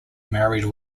married